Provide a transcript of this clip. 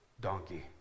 donkey